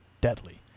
deadly